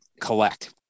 collect